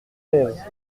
claise